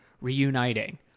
reuniting